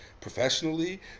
professionally